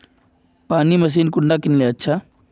पानी मशीन कुंडा किनले अच्छा?